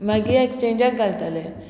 मागीर एक्सचेंजाक घालतलें